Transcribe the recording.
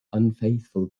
unfaithful